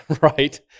Right